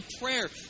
prayer